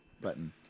button